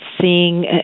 Seeing